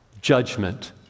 judgment